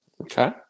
okay